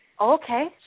Okay